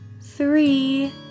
three